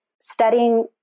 studying